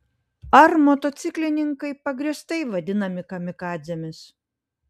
ar motociklininkai pagrįstai vadinami kamikadzėmis